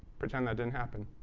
pretend that didn't happen.